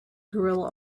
guerrilla